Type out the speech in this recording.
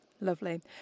Lovely